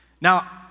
Now